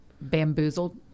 bamboozled